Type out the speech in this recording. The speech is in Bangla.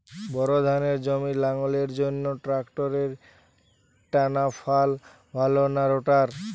বোর ধানের জমি লাঙ্গলের জন্য ট্রাকটারের টানাফাল ভালো না রোটার?